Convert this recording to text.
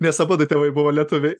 nes abudu tėvai buvo lietuviai